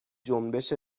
جنبش